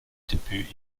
debüt